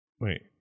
Wait